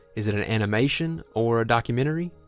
is it an animation or a documentary?